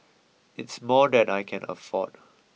it's more than I can afford